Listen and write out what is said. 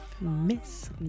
Miss